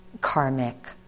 karmic